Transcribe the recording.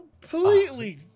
completely